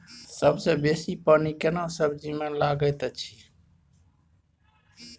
सबसे बेसी पानी केना सब्जी मे लागैत अछि?